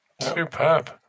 Superb